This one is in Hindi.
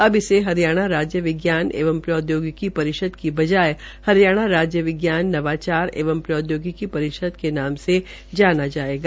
अब इसे हरियाणा राज्य विज्ञान एवं प्रौद्योगिकी परिषद की बजाय हरियाणा राज्य विज्ञान नवाचार एवं प्रौद्योगिकी परिषद के नाम से जाना जाएगा